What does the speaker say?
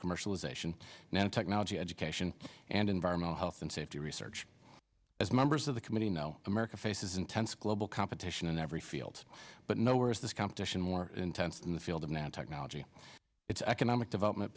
commercialization now technology education and environmental health and safety research as members of the committee know america faces intense global competition in every field but nowhere is this competition more intense in the field of now technology its economic development